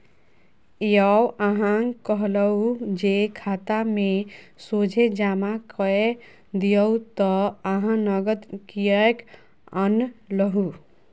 यौ अहाँक कहलहु जे खातामे सोझे जमा कए दियौ त अहाँ नगद किएक आनलहुँ